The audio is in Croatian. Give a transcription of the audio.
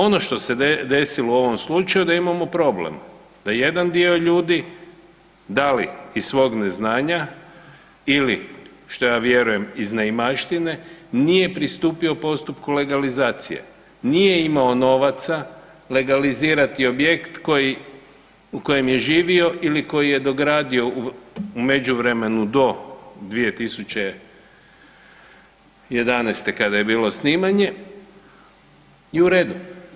Ono što se desilo u ovom slučaju da imamo problem da jedan dio ljudi da li iz svog neznanja ili što ja vjerujem iz neimaštine nije pristupio postupku legalizacije, nije imao novaca legalizirati objekt u kojem je živio ili koji je dogradio u međuvremenu do 2011. kada je bilo snimanje i u redu.